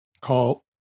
call